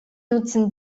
nutzten